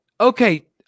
okay